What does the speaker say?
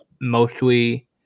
mostly